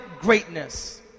greatness